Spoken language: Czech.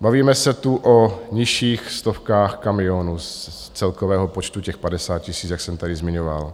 Bavíme se tu o nižších stovkách kamionů z celkového počtu těch 50 000, jak jsem tady zmiňoval.